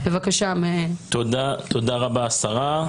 תודה רבה, כבוד השרה.